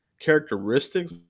characteristics